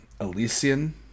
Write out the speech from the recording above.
elysian